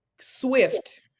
swift